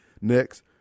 next